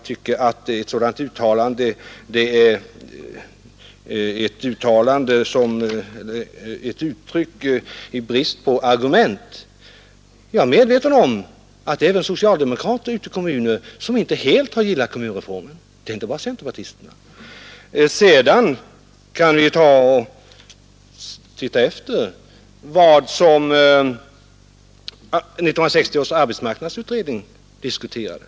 Såvitt jag kan finna är det ett uttalande som är gjort i brist på argument. Jag är medveten om att även socialdemokrater ute i kommunerna inte helt har gillat kommunreformen. Det är inte bara centerpartisterna som är kritiska. Vi kan också titta efter vad 1960 års arbetsmarknadsutredning diskuterade.